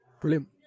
brilliant